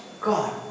God